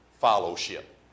fellowship